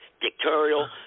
dictatorial